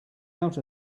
out